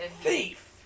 thief